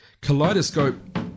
Kaleidoscope